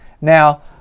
Now